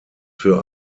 für